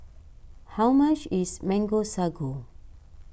how much is Mango Sago